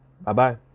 Bye-bye